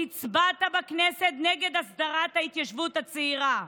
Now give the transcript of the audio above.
הצבעת בכנסת נגד הסדרת ההתיישבות הצעירה,